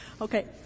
Okay